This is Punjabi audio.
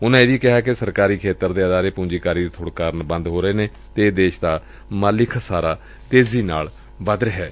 ਉਨੂਾ ਕਿਹਾ ਕਿ ਸਰਕਾਰੀ ਖੇਤਰ ਦੇ ਅਦਾਰੇ ਪੂੰਜੀਕਾਰੀ ਦੀ ਥੁੜ ਕਾਰਨ ਬੰਦ ਹੋ ਰਹੇ ਨੇ ਅਤੇ ਦੇਸ਼ ਦਾ ਮਾਲੀ ਖ਼ਸਾਰਾ ਤੇਜ਼ੀ ਨਾਲ ਵੱਧ ਰਿਹੈ